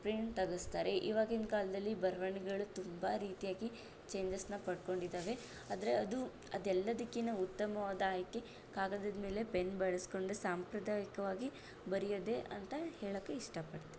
print ತೆಗಿಸ್ತಾರೆ ಇವಾಗಿನ ಕಾಲದಲ್ಲಿ ಬರವಣಿಗೆಗಳು ತುಂಬಾ ರೀತಿಯಾಗಿ ಚೇಂಜಸ್ಸನ್ನು ಪಡ್ಕೊಂಡಿದ್ದಾವೆ ಆದರೆ ಅದು ಅದೆಲ್ಲದಕ್ಕಿಂತ ಉತ್ತಮವಾದ ಆಯ್ಕೆ ಕಾಗದದ ಮೇಲೆ ಪೆನ್ ಬಳಸಿಕೊಂಡು ಸಾಂಪ್ರದಾಯಿಕವಾಗಿ ಬರೆಯೋದೇ ಅಂತ ಹೇಳೋಕ್ಕೆ ಇಷ್ಟಪಡ್ತೀನಿ